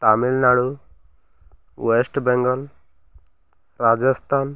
Tamil Nadu West Bengal Rajasthan